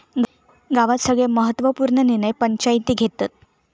गावात सगळे महत्त्व पूर्ण निर्णय पंचायती घेतत